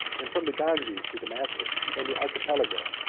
and from the ganges to damascus and the archipelago,